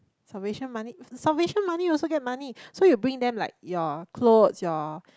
salvation money salvation money also get money so you bring them like ya close ya